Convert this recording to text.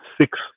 six